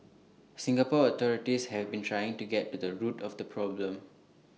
Singapore authorities have been trying to get to the root of the problem